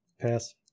pass